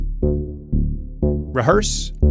Rehearse